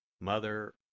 Mother